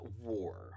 war